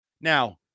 Now